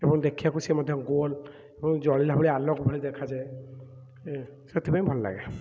ଏବଂ ଦେଖିବାକୁ ସେ ମଧ୍ୟ ଗୋଲ ଏବଂ ଜଳିଲା ଭଳିଆ ଆଲୋକ ଭଳି ଦେଖାଯାଏ ସେଥିପାଇଁ ଭଲଲାଗେ